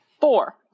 Four